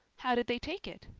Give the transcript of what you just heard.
how did they take it?